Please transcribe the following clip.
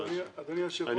אתם רוצים חדר?